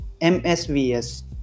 M-S-V-S